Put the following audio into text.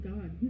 God